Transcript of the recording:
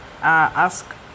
ask